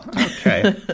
Okay